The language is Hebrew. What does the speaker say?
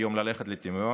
היום לרדת לטמיון,